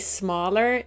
smaller